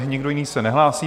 Nikdo jiný se nehlásí.